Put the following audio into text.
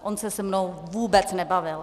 On se se mnou vůbec nebavil.